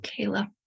Kayla